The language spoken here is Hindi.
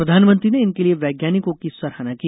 प्रधानमंत्री ने इनके लिए वैज्ञानिकों की सराहना की